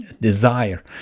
desire